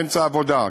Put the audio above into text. באמצע עבודה,